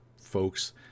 folks